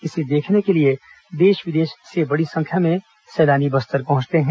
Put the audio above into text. इसे देखने के लिए देश विदेश से बड़ी संख्या में पर्यटक बस्तर पहुंचते हैं